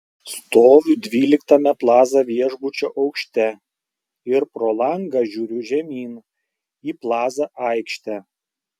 stoviu dvyliktame plaza viešbučio aukšte ir pro langą žiūriu žemyn į plaza aikštę